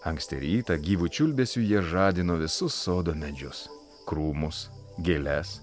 anksti rytą gyvu čiulbesiu jie žadino visus sodo medžius krūmus gėles